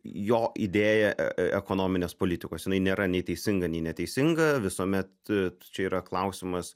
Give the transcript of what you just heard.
jo idėja ekonominės politikos jinai nėra nei teisinga nei neteisinga visuomet čia yra klausimas